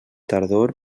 tardor